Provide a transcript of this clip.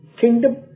kingdom